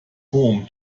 home